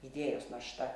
idėjos našta